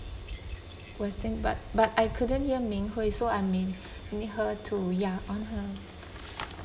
we're saying but but I couldn't hear ming hui so I may need her to ya on her